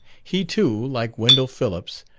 he too, like wendell phillips,